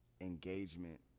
engagement